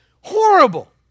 horrible